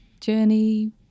journey